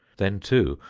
then, too,